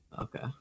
Okay